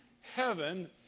heaven